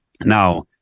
Now